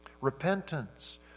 Repentance